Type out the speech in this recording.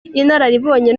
inararibonye